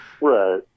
Right